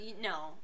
No